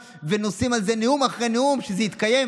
ונושאים על זה נאום אחרי נאום שזה יתקיים,